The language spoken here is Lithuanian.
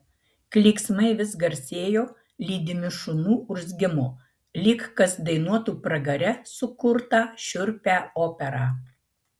klyksmai vis garsėjo lydimi šunų urzgimo lyg kas dainuotų pragare sukurtą šiurpią operą